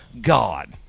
God